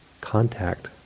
contact